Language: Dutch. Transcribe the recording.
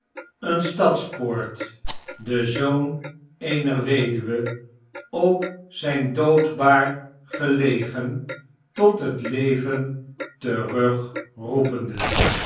een stadspoort den zoon eener weduwe op zijn doodbaar gelegen tot het leven